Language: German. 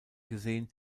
gesehen